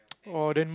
oh then